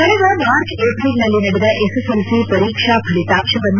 ಕಳೆದ ಮಾರ್ಚ್ ಏಪ್ರಿಲ್ನಲ್ಲಿ ನಡೆದ ಎಸ್ಎಸ್ಎಲ್ಸಿ ಪರೀಕ್ಷಾ ಫಲಿತಾಂಶವನ್ನು